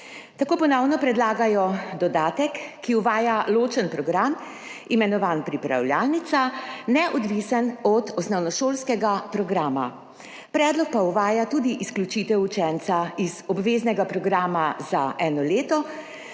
Tako ponovno predlagajo dodatek, ki uvaja ločen program, imenovan Pripravljalnica, neodvisen od osnovnošolskega programa. Predlog pa uvaja tudi izključitev učenca iz obveznega programa za eno leto,